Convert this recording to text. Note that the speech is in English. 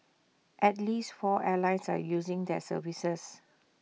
at least four airlines are using their services